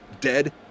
dead